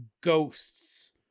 ghosts